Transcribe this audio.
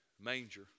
Manger